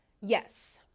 Yes